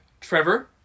Trevor